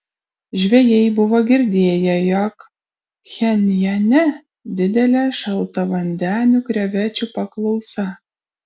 žvejai buvo girdėję jog pchenjane didelė šaltavandenių krevečių paklausa